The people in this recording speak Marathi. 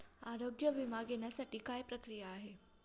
आरोग्य विमा घेण्यासाठी काय प्रक्रिया आहे?